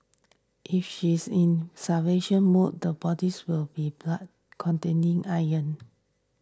if she is in mode the body's will be blood contains iron